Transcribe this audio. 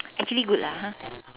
actually good lah !huh!